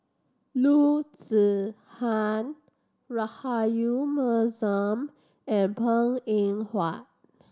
Loo Zihan Rahayu Mahzam and Png Eng Huat